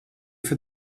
for